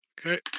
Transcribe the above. Okay